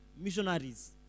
missionaries